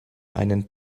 einen